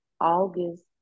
August